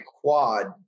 quad